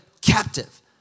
captive